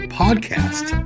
podcast